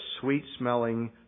sweet-smelling